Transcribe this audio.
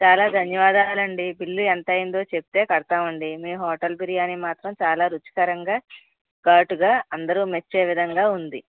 చాలా ధన్యవాదాలు అండి బిల్లు ఎంత అయ్యిందో చెప్తే కడతాము అండి మీ హోటల్ బిర్యానీ మాత్రం చాలా రుచికరంగా ఘాటుగా అందరూ మెచ్చే విధంగా ఉంది